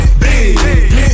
big